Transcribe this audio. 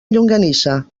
llonganissa